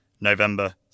November